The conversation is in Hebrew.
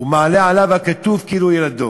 ומעלה עליו הכתוב כאילו הוא ילדו.